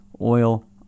oil